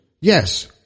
Yes